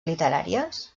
literàries